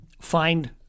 find